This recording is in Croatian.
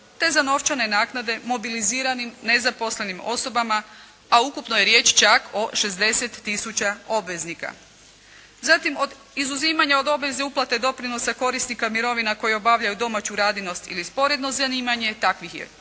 te za novčane naknade mobiliziranim nezaposlenim osobama a ukupno je riječ čak o 60 tisuća obveznika. Zatim od izuzimanja od obveze uplate doprinosa korisnika mirovina koje obavljaju domaću radinost ili sporedno zanimanje takvih je